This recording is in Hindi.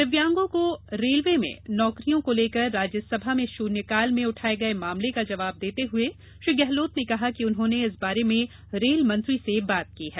दिव्यांगों को रेलवे में नौकरियों को लेकर शून्यकाल में उठाये गये मामले का जवाब देते हए श्री गहलोत ने कहा कि उन्होंने इस बारे में रेल मंत्री से बात की है